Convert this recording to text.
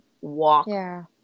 walk